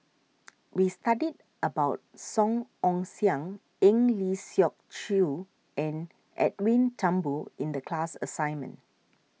we studied about Song Ong Siang Eng Lee Seok Chee and Edwin Thumboo in the class assignment